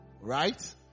Right